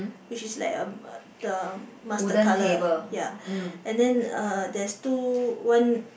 which is like uh the master colour ya and then uh there is two one